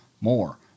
more